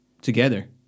together